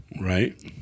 right